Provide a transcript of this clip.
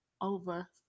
Over